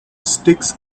sticks